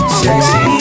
sexy